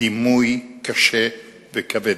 דימוי קשה וכבד.